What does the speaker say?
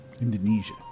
Indonesia